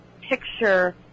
picture